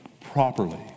properly